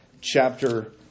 chapter